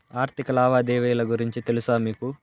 ఆర్థిక లావాదేవీల గురించి తెలుసా మీకు